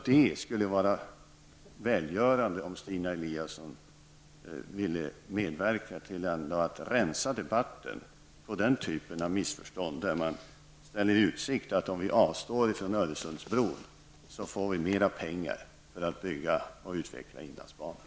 Det skulle vara välgörande om Stina Eliasson ville medverka till att rensa debatten från den typen av missförstånd där man ställer i utsikt att om vi avstår från Öresundsbron skulle vi få mera pengar för att bygga och utveckla inlandsbanan.